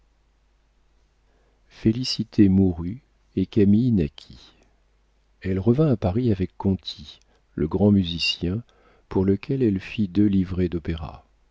félicité mourut et camille naquit elle revint à paris avec conti le grand musicien pour lequel elle fit deux livrets d'opéra